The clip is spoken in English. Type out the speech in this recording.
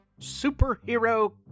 superhero